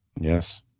Yes